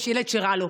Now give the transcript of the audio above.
יש ילד שרע לו.